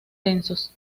densos